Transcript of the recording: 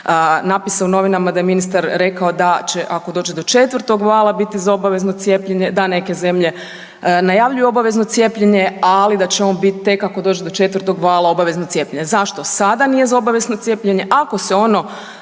napisa u novinama da je ministar rekao da će ako dođe do 4. vala, biti za obavezno cijepljenje, da neke zemlje najavljuju obvezeno cijepljenje, ali da će bit tek ako dođe do 4. vala, obavezno cijepljenje. zašto sada nije za obavezno cijepljenje ako se ono